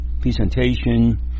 presentation